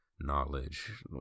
Knowledge